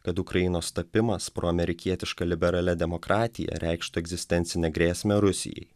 kad ukrainos tapimas proamerikietiška liberalia demokratija reikštų egzistencinę grėsmę rusijai